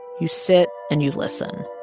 you sit, and you listen.